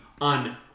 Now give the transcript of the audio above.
On